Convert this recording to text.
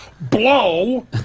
blow